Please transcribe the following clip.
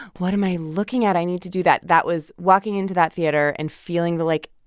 what am i looking at? i need to do that. that was walking into that theater and feeling the, like,